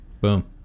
boom